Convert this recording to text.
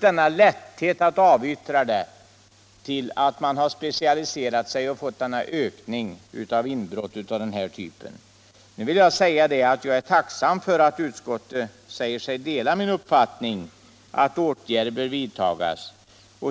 Denna lätthet att avyttra föremålen är ju skälet till att man specialiserat sig och till att denna typ av inbrott ökat. Jag är tacksam för att utskottet säger sig dela min uppfattning att åtgärder bör vidtas.